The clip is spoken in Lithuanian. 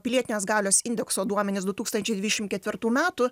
pilietinės galios indekso duomenis du tūkstančiai dvidešimt ketvirtų metų